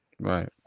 Right